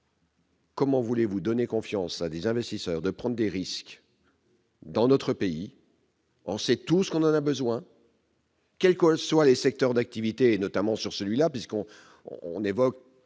Comment voulez-vous donner confiance à des investisseurs de prendre des risques dans notre pays. On c'est tout ce qu'on en a besoin. Quelques soient les secteurs d'activité, et notamment sur celui-là puisqu'on on on évoque partout en